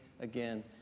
again